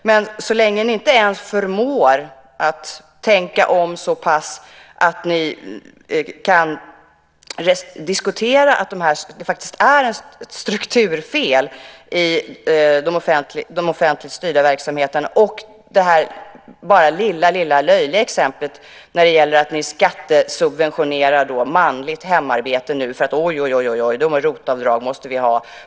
Men så länge ni inte ens förmår tänka om så pass att ni kan diskutera att det faktiskt är ett strukturfel i de offentligt styrda verksamheterna handlar det fortfarande om den här ryggmärgsreaktionen. Vi har det lilla löjliga exemplet där ni skattesubventionerar manligt hemarbete, för ojojoj ROT-avdrag måste vi ha.